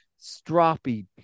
stroppy